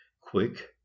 quick